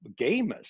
gamers